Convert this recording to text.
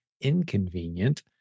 inconvenient